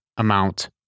Amount